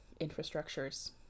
infrastructures